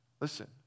Listen